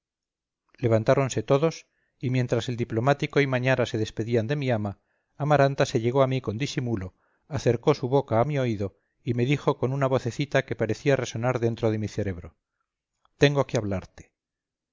levantáronse todos y mientras el diplomático y mañara se despedían de mi ama amaranta se llegó a mí con disimulo acercó su boca a mi oído y me dijo con una vocecita que parecía resonar dentro de mi cerebro tengo que hablarte